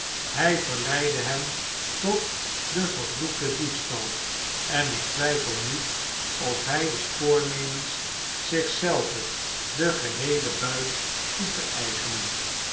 hy verleidde hem tot den vervloekten diefstal en ik twyfel niet of hy is voornemens zich zelven den geheelen bnit toe te eigenen